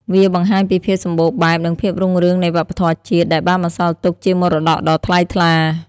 វាបង្ហាញពីភាពសម្បូរបែប និងភាពរុងរឿងនៃវប្បធម៌ជាតិ ដែលបានបន្សល់ទុកជាមរតកដ៏ថ្លៃថ្លា។